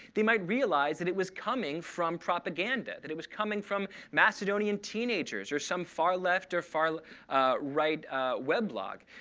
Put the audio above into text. they might realize that it was coming from propaganda, that it was coming from macedonian teenagers or some far left or far right web blog.